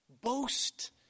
Boast